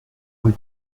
rue